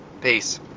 Peace